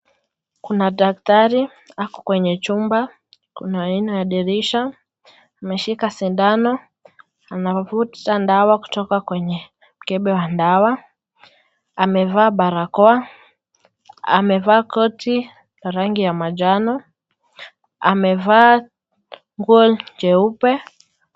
Kuna daktari ako kwenye chumba, kuna aina ya dirisha. Ameshika sindano, anavuta dawa kutoka kwenye mkebe wa dawa, amevaa barakoa, amevaa koti ya rangi ya manjano, amevaa nguo jeupe.